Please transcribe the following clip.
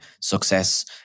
success